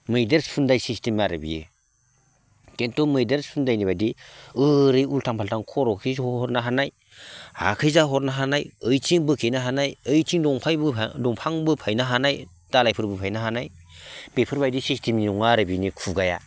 मैदेर सुनदाय सिसटेम आरो बियो खिन्थु मैदेर सुनदायनि बादि ओरै उलथां फालथां खर'खै हरनो हानाय हाखैजा हरनो हानाय ओइथिं बोखेनो हानाय ओइथिं दंफां बोफायनो हानाय दालायफोर बोफायनो हानाय बेफोर बायदि सिसटेमनि नङा आरो खुगाया